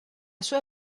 sua